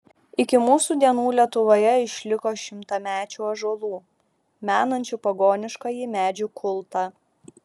iki mūsų dienų lietuvoje išliko šimtamečių ąžuolų menančių pagoniškąjį medžių kultą